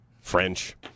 French